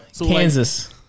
Kansas